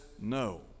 no